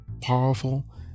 powerful